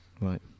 Right